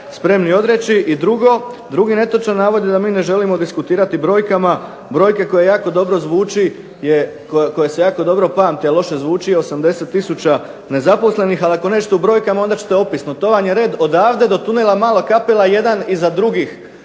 spremni odreći. I drugi netočan navod, da mi ne želim diskutirati brojkama, brojke koja jako dobro zvuči koje se jako dobro pamte, a loše zvuči je 80 tisuća nezaposlenih. Ali ako je nešto u brojkama, onda ćete opisno. To vam je red odavde do Tunela Mala Kapela jedan iza drugih